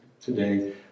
today